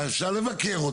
אפשר לבקר אותה.